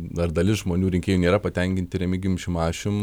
dar dalis žmonių rinkėjų nėra patenkinti remigijum šimašium